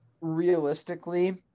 realistically